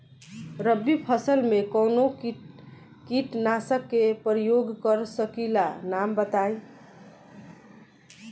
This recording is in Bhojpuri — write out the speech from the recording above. रबी फसल में कवनो कीटनाशक के परयोग कर सकी ला नाम बताईं?